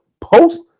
post